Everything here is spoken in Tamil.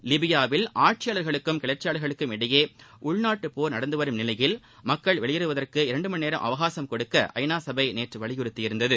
லிபியாவில் ஆட்சியாளர்களுக்கும் கிளர்ச்சியாளர்களுக்கும் இடையே உள்நாட்டு போர் நடந்து வரும் நிலையில் மக்கள் வெளியேறுவதற்கு இரண்டு மணி நேரம் அவகாசம் கொடுக்க ஐநா சபை நேற்று வலியுறுத்தியிருந்தது